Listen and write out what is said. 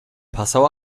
passau